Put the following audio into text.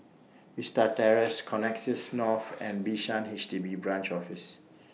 Vista Terrace Connexis North and Bishan H D B Branch Office